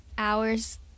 Hours